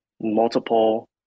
multiple